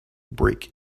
break